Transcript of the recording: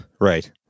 Right